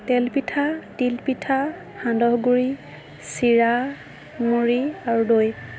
তেলপিঠা তিলপিঠা সান্দহগুড়ি চিৰা মূৰি আৰু দৈ